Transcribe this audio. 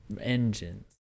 engines